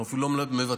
אנחנו אפילו לא מבטלים,